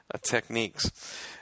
techniques